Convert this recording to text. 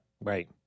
Right